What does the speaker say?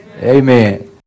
Amen